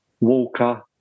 Walker